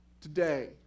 today